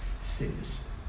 says